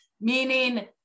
meaning